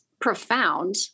profound